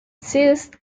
exists